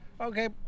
Okay